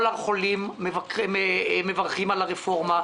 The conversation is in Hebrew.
כל החולים מברכים על הרפורמה.